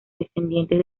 descendientes